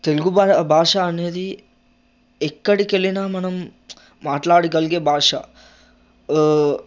తెలుగు భా భాష అనేది ఎక్కడికెళ్ళినా మనం మాట్లాడిగలిగే భాష